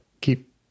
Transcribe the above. keep